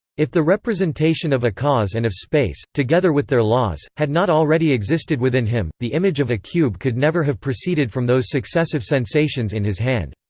if the representation of a cause and of space, together with their laws, had not already existed within him, the image of a cube could never have proceeded from those successive sensations in hand.